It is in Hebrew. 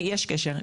יש קשר.